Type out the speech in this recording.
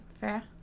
fair